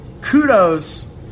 kudos